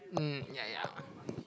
mm ya ya